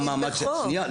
מה המעמד שלהם.